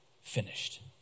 finished